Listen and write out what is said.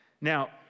Now